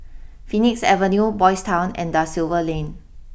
Phoenix Avenue Boys' Town and Da Silva Lane